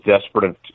desperate